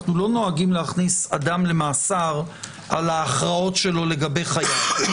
אנחנו לא נוהגים להכניס אדם למאסר על ההכרעות שלו לגבי חייב.